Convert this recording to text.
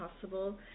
possible